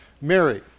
Mary